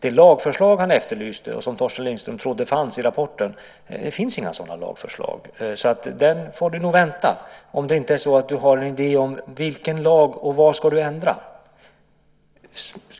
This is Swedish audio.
Torsten Lindström efterlyste lagförslag som han trodde fanns i rapporten. Det finns inga sådana lagförslag, så han får han nog vänta om det inte är så att han har en idé om vilken lag det ska vara och vad det är han ska ändra.